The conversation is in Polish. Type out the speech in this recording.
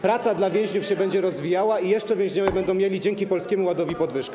praca dla więźniów się będzie rozwijała i jeszcze więźniowie będą mieli dzięki Polskiemu Ładowi podwyżkę.